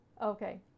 Okay